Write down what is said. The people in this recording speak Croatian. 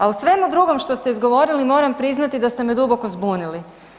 A o svemu drugom što ste izgovorili moram priznati da ste me duboko zbunili.